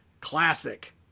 classic